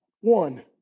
one